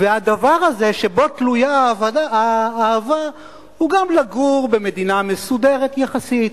והדבר הזה שבו תלויה האהבה הוא גם לגור במדינה מסודרת יחסית,